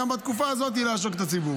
גם בתקופה הזאת לעשוק את הציבור.